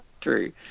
true